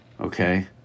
Okay